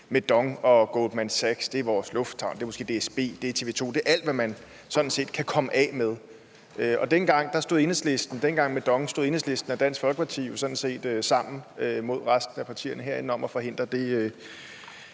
med DONG og Goldman Sachs. Det er vores lufthavne, det er måske DSB, det er TV 2 – det er alt, hvad man sådan set kan komme af med. Dengang med DONG stod Enhedslisten og Dansk Folkeparti jo sådan set sammen mod resten af partierne herinde om at forsøge at